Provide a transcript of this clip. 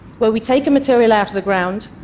where we take a material out of the ground,